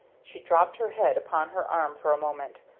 she dropped her head upon her arm for a moment,